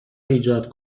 ایجاد